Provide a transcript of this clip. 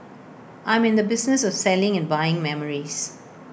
I'm in the business of selling and buying memories